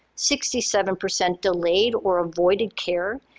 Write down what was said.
sixty seven percent delayed or avoided care,